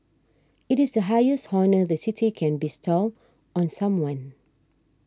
it is the highest honour the City can bestow on someone